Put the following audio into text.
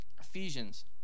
Ephesians